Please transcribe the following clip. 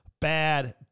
bad